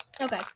Okay